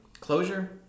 closure